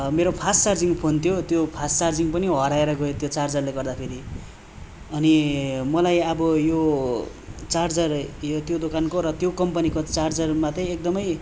मेरो fast charging phone थियो त्यो फास्ट चार्जिङ्ग पनि हराएर गयो त्यो चार्जरले गर्दाखेरि अनि मलाई अब यो चार्जर यो त्यो दोकानको र त्यो कम्पनीको चार्जरमा चाहिँ एकदमै